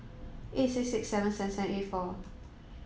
eight six six seven seven seven eight four